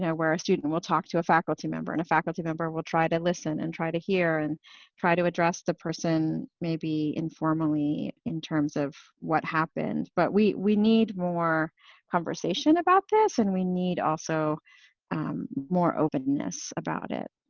where a student will talk to a faculty member and a faculty member will try to listen and try to hear and try to address the person maybe informally in terms of what happened. but we we need more conversation about this and we need also more openness about it.